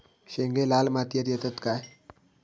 शेंगे लाल मातीयेत येतत काय?